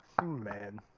man